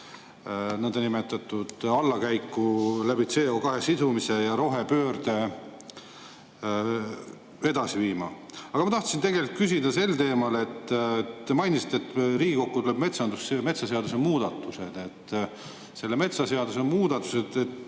nõndanimetatud allakäiku CO2sidumise ja rohepöördega edasi viima. Aga ma tahtsin tegelikult küsida sel teemal. Te mainisite, et Riigikokku tulevad metsaseaduse muudatused. Millega need metsaseaduse muudatused